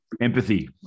empathy